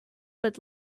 but